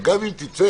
אבל גם אם תצא,